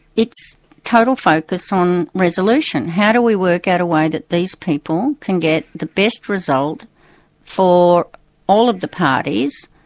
it's total focus on resolution how do we work out a way that these people can get the best result for all of the parties,